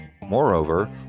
Moreover